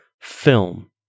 film